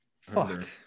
Fuck